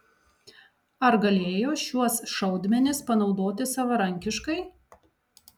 ar galėjo šiuos šaudmenis panaudoti savarankiškai